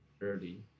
early